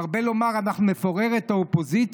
מרבה לומר: אנחנו נפורר את האופוזיציה.